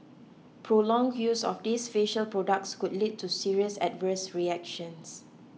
prolonged use of these facial products could lead to serious adverse reactions